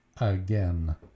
again